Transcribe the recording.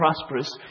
prosperous